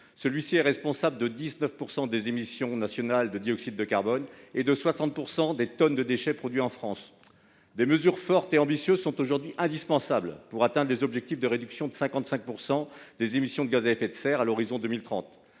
puisqu'il est responsable de 19 % des émissions nationales de dioxyde de carbone et de 60 % des tonnes de déchets produits en France. Des mesures fortes et ambitieuses sont aujourd'hui indispensables pour atteindre l'objectif de réduction de 55 % des émissions de gaz à effet de serre à l'horizon 2030.